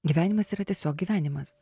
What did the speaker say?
gyvenimas yra tiesiog gyvenimas